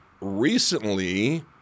Recently